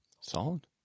Solid